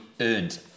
earned